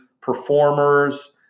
performers